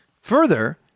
Further